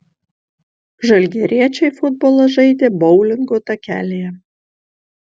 žalgiriečiai futbolą žaidė boulingo takelyje